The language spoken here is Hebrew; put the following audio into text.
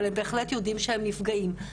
אבל הם בהחלט יודעים שהם נפגעים.